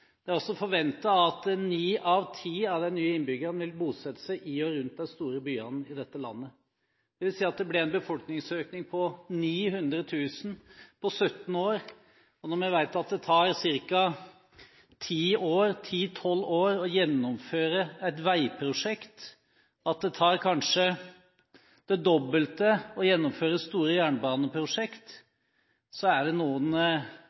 Det er også forventet at 9 av 10 av de nye innbyggerne vil bosette seg i og rundt de store byene i dette landet, dvs. at det blir en befolkningsøkning på 900 000 på 17 år. Når vi vet at det tar 10–12 år å gjennomføre et veiprosjekt, og at det tar kanskje det dobbelte å gjennomføre store jernbaneprosjekt, er det noen